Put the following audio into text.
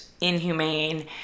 inhumane